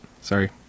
Sorry